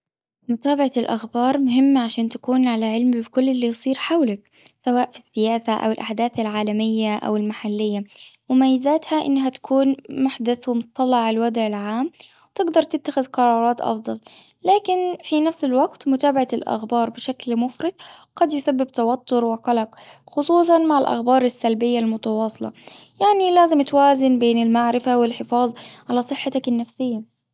متابعة الأخبار مهمة عشان تكون على علم بكل اللي يسير حولك. سواء في السياسة أو الأحداث العالمية او المحلية. مميزاتها أنها تكون محدث ومتطلع على الوضع العام. وتقدر تتخذ قرارات أفضل. لكن في نفس الوقت متابعة الأخبار بشكل مفرط. قد يسبب توتر وقلق خصوصا مع الأخبار السلبية المتواصلة. يعني لازم توازن بين المعرفة والحفاظ على صحتك النفسية.